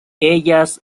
ellas